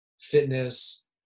fitness